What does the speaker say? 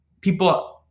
people